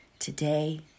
Today